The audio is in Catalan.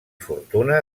fortuna